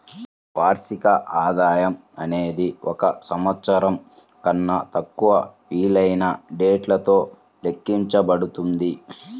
వార్షిక ఆదాయం అనేది ఒక సంవత్సరం కన్నా తక్కువ విలువైన డేటాతో లెక్కించబడుతుంది